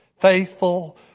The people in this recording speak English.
faithful